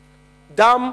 דם,